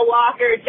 Walker